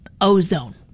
ozone